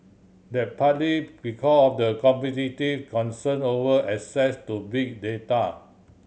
that's partly because of competitive concern over access to big data